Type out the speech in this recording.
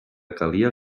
calia